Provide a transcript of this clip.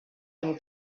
him